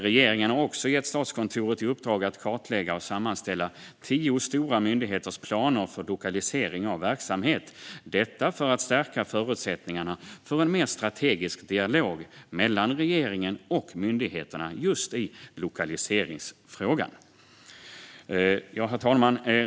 Regeringen har också gett Statskontoret i uppdrag att kartlägga och sammanställa tio stora myndigheters planer för lokalisering av verksamhet, detta för att stärka förutsättningarna för en mer strategisk dialog mellan regeringen och myndigheterna just i lokaliseringsfrågan. Herr talman!